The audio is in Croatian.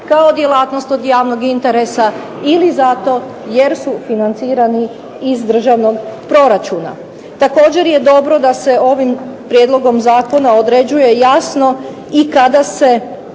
kao djelatnost od javnog interesa, ili zato jer su financirani iz državnog proračuna. Također je dobro da se ovim prijedlogom zakona određuje jasno i kada se